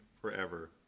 forever